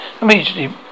immediately